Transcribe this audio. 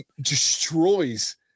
destroys